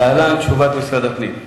להלן תשובת משרד הפנים: